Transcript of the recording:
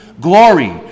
glory